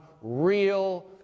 real